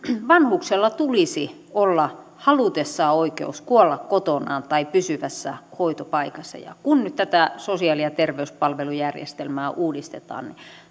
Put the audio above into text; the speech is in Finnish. vanhuksella tulisi olla halutessaan oikeus kuolla kotonaan tai pysyvässä hoitopaikassa ja kun nyt tätä sosiaali ja terveyspalvelujärjestelmää uudistetaan